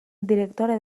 directora